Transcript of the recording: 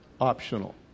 optional